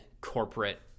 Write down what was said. corporate